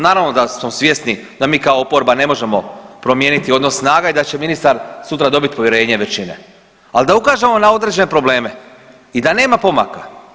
Naravno da smo svjesni da mi kao oporba ne možemo promijeniti odnos snaga i da će ministar sutra dobiti povjerenje većine, ali da ukažemo na određene probleme i da nema pomaka.